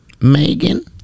Megan